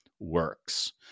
works